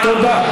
תודה.